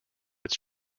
its